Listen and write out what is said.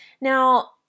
Now